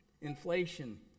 inflation